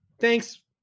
thanks